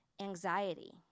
anxiety